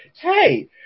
Hey